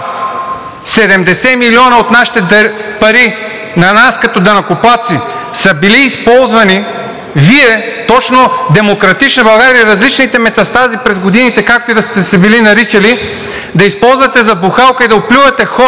70 милиона от нашите пари – на нас като данъкоплатци, са били използвани – и Вие, точно „Демократична България“ и различните метастази през годините, както и да сте се били наричали, да използвате за бухалка и да оплюете хора,